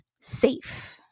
safe